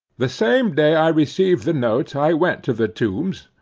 the same day i received the note i went to the tombs,